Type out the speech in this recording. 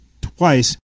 twice